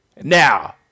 Now